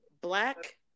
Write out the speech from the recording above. Black